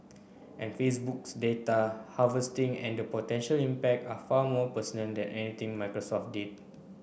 and Facebook's data harvesting and the potential impact are far more personal than anything Microsoft did